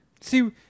see